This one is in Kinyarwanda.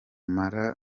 mara